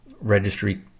registry